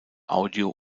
audio